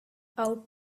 out